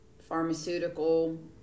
pharmaceutical